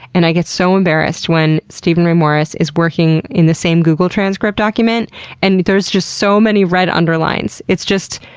and i get so embarrassed when steven ray morris is working in the same google transcript document and there's just so many red underlines. it's just,